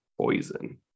poison